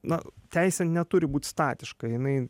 na teisė neturi būti statiška jinai